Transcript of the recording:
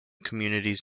communities